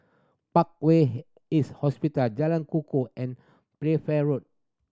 Parkway East Hospital Jalan Kukoh and Playfair Road